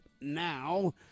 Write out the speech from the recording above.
now